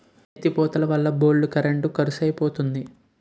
ఎత్తి పోతలవల్ల బోల్డు కరెంట్ కరుసైపోతంది